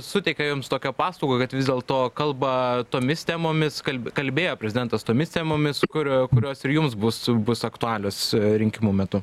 suteikia jums tokią paslaugą bet vis dėlto kalba tomis temomis kalb kalbėjo prezidentas tomis temomis kur kurios ir jums bus bus aktualios rinkimų metu